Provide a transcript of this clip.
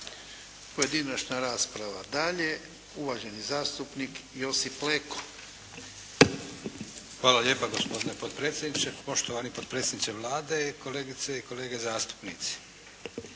Pojedinačna rasprava dalje. Uvaženi zastupnik, Josip Leko. **Leko, Josip (SDP)** Hvala lijepo uvaženi gospodine potpredsjedniče, poštovani potpredsjedniče Vlade, kolegice i kolege zastupnici!